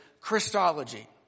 Christology